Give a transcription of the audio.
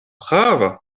prava